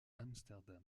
amsterdam